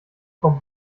frau